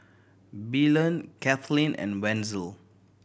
Belen Kathleen and Wenzel